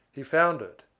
he found it,